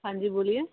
हाजीं बोल्लो